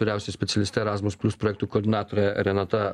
vyriausioji specialistė erasmus plius projektų koordinatorė renata